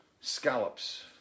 scallops